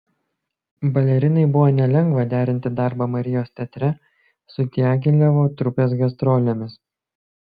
balerinai buvo nelengva derinti darbą marijos teatre su diagilevo trupės gastrolėmis